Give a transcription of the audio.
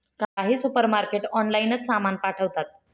काही सुपरमार्केट ऑनलाइनच सामान पाठवतात